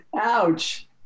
Ouch